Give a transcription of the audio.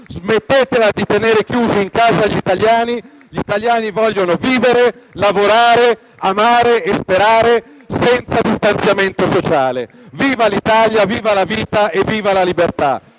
italiani, di tenerli chiusi in casa: gli italiani vogliono vivere, lavorare, amare e sperare senza distanziamento sociale. Viva l'Italia, viva la vita e viva la libertà.